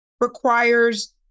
requires